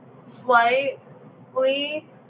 slightly